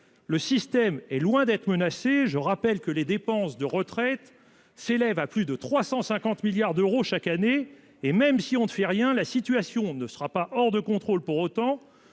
Le système est loin d'être menacé. Je rappelle que les dépenses de retraite s'élève à plus de 350 milliards d'euros chaque année et même si on ne fait rien, la situation ne sera pas hors de contrôle pour autant